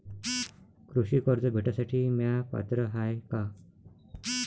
कृषी कर्ज भेटासाठी म्या पात्र हाय का?